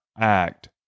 act